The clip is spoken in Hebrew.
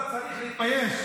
אתה צריך להתבייש.